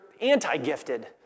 anti-gifted